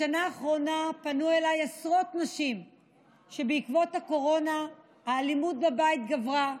בשנה האחרונה פנו אליי עשרות נשים שבעקבות הקורונה האלימות בבית גברה,